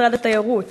בין היתר עברו